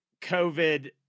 COVID